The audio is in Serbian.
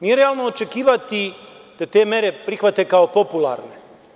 Nije realno očekivati da te mere prihvate kao popularne.